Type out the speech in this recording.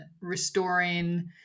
restoring